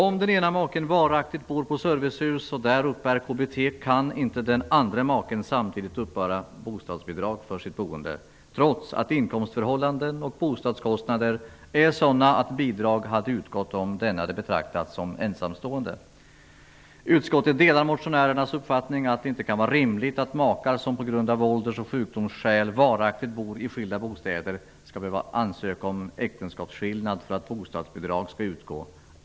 Om den ena maken varaktigt bor på servicehus och där uppbär KBT, kan den andre maken inte samtidigt uppbära bostadsbidrag för sitt boende, trots att inkomstförhållanden och bostadskostnader är sådana att bidrag hade utgått om denne hade betraktats såsom ensamstående. Utskottet delar motionärernas uppfattning att det inte kan vara rimligt att makar som på grund av ålders och sjukdomsskäl varaktigt bor i skilda bostäder skall behöva ansöka om äktenskapsskillnad för att bostadsbidrag skall utgå.